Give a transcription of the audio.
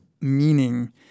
meaning